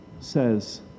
says